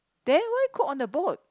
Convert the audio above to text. then why cook on the boat